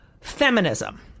Feminism